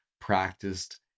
practiced